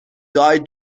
die